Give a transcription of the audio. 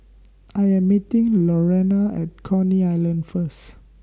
I Am meeting Lurena At Coney Island First